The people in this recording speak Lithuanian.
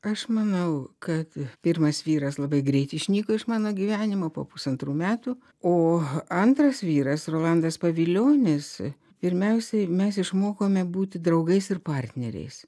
aš manau kad pirmas vyras labai greit išnyko iš mano gyvenimo po pusantrų metų o antras vyras rolandas pavilionis pirmiausiai mes išmokome būti draugais ir partneriais